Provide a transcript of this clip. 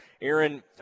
Aaron